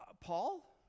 Paul